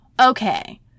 okay